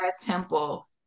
temple